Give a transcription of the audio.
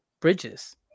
bridges